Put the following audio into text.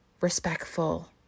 respectful